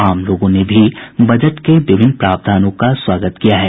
आम लोगों ने भी बजट के विभिन्न प्रावधानों का स्वागत किया है